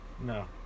No